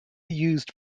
used